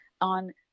on